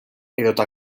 edota